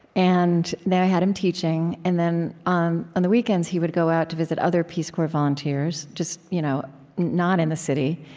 and they had him teaching, and then, on on the weekends, he would go out to visit other peace corps volunteers just you know not in the city.